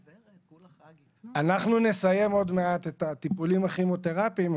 אנחנו נסיים עוד מעט את הטיפולים הכימותרפיים,